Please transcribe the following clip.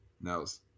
Nels